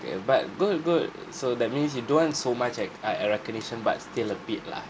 okay but good good so that means you don't want so much I uh recognition but still a bit lah